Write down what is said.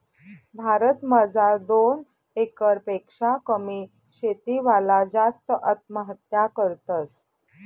भारत मजार दोन एकर पेक्शा कमी शेती वाला जास्त आत्महत्या करतस